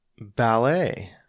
Ballet